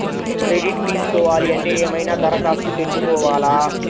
Credit తీసుకోవాలి అంటే ఏమైనా దరఖాస్తు పెట్టుకోవాలా?